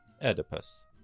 Oedipus